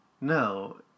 No